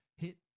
hit